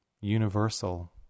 universal